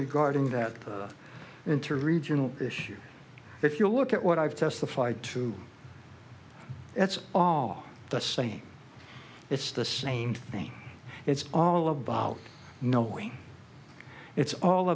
regarding that interregional issue if you look at what i've testified to it's all the same it's the same thing it's all about knowing it's all